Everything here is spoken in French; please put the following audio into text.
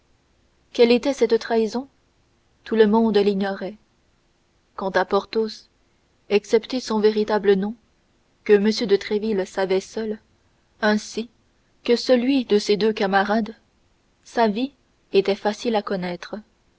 quelle était cette trahison tout le monde l'ignorait quant à porthos excepté son véritable nom que m de tréville savait seul ainsi que celui de ses deux camarades sa vie était facile à connaître